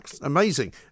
Amazing